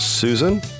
Susan